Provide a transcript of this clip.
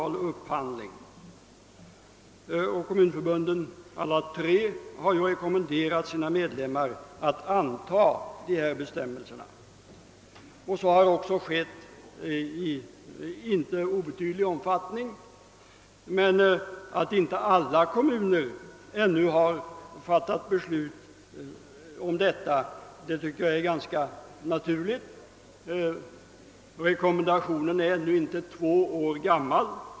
Alla tre kommunförbunden har rekommenderat sina medlemmar att anta ett av förbunden utarbetat normalförslag rörande kommunal upphandling. Ett inte obetydligt antal av kommunerna har också gjort det. Att inte alla kommuner ännu har fattat beslut härom tycker jag är ganska naturligt. Rekommendationen är ännu inte två år gammal.